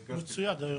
בגז --- מצוין.